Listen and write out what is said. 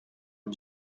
and